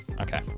okay